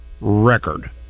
record